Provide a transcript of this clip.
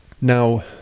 Now